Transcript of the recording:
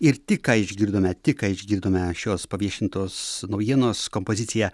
ir tik ką išgirdome tik ką išgirdome šios paviešintos naujienos kompoziciją